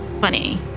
Funny